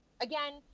Again